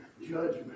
judgment